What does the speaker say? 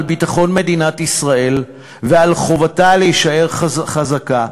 ביטחון מדינת ישראל ועל חובתה להישאר חזקה.